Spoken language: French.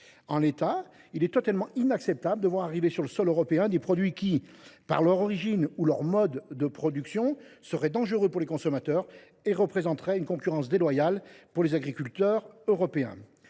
En l’état, il est totalement inacceptable de voir arriver sur le sol européen des produits qui, par leur origine ou leur mode de production, seraient dangereux pour les consommateurs et constitueraient une concurrence déloyale pour les agriculteurs européens.